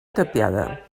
tapiada